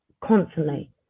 constantly